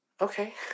Okay